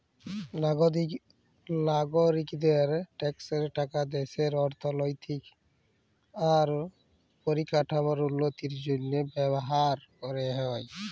লাগরিকদের ট্যাক্সের টাকা দ্যাশের অথ্থলৈতিক আর পরিকাঠামোর উল্লতির জ্যনহে ব্যাভার ক্যরা হ্যয়